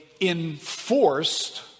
enforced